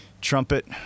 Trumpet